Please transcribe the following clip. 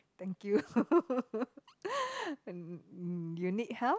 thank you mm you need help